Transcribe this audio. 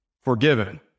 forgiven